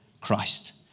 Christ